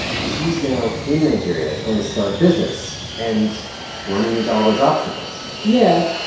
she's now in nigeria trying to start a business and running into all those obstacles yeah,